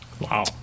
Wow